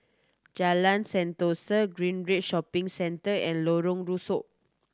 Jalan Sentosa Greenridge Shopping Centre and Lorong Rusuk